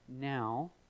now